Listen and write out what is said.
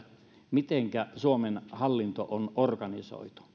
mitenkä suomen hallinto on organisoitu